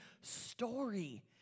story